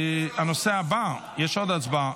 הנושא הבא, יש עוד הצבעה.